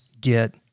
get